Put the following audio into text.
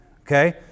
Okay